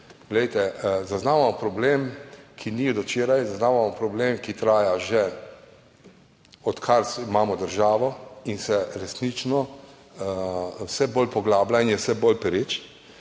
Zaznavamo problem, ki ni od včeraj, zaznavamo problem, ki traja, že odkar imamo državo, in se resnično vse bolj poglablja in je vse bolj pereč.